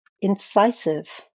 incisive